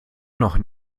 noch